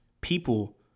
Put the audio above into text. people